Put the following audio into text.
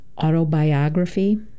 autobiography